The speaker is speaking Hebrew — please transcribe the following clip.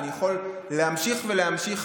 ואני יכול להמשיך ולהמשיך,